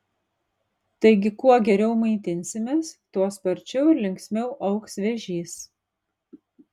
taigi kuo geriau maitinsimės tuo sparčiau ir linksmiau augs vėžys